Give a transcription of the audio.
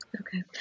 Okay